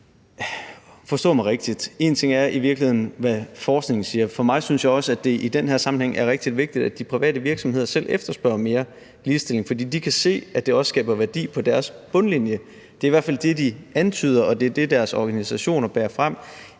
forstå mig rigtigt: En ting er, hvad forskningen siger, men for mig er det i den her sammenhæng i virkeligheden også rigtig vigtigt, at de private virksomheder selv efterspørger mere ligestilling, fordi de kan se, at det også skaber værdi på deres bundlinje. Det er i hvert fald det, de antyder, og det er det, deres organisationer bærer frem